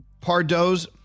Pardo's